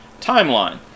timeline